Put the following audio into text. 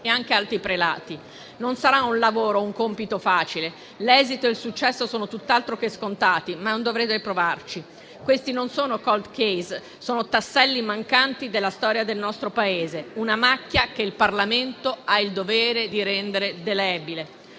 e anche alti prelati. Non saranno un lavoro e un compito facili. L'esito e il successo sono tutt'altro che scontati, ma è un dovere provarci. Questi non sono *cold case*. Sono tasselli mancanti della storia del nostro Paese, una macchia che il Parlamento ha il dovere di rendere delebile.